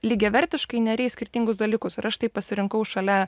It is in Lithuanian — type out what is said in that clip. lygiavertiškai neri į skirtingus dalykus ir aš taip pasirinkau šalia